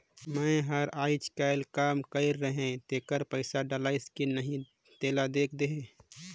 मै हर अईचकायल काम कइर रहें तेकर पइसा डलाईस कि नहीं तेला देख देहे?